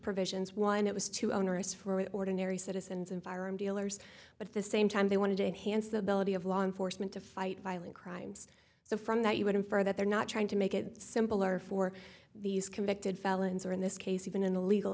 provisions one it was too onerous for ordinary citizens environ dealers but at the same time they wanted to enhance the ability of law enforcement to fight violent crimes so from that you would infer that they're not trying to make it simpler for these convicted felons or in this case even in illegal